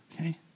Okay